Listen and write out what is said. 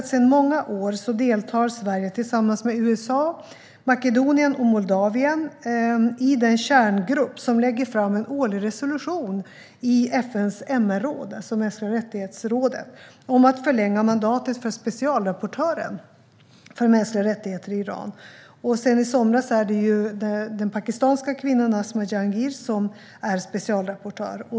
Jo, sedan många år ingår Sverige, tillsammans med USA, Makedonien och Moldavien, i den kärngrupp som lägger fram en årlig resolution i FN:s MR-råd, alltså rådet för mänskliga rättigheter, om att förlänga mandatet för specialrapportören för mänskliga rättigheter i Iran. Sedan i somras är det den pakistanska kvinnan Asma Jahangir som är specialrapportör.